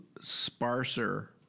sparser